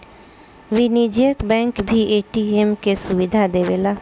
वाणिज्यिक बैंक भी ए.टी.एम के सुविधा देवेला